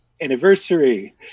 anniversary